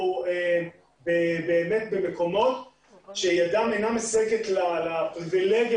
במקומות שידם אינה משגת לפריבילגיה,